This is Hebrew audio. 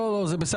לא, זה בסדר.